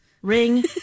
Ring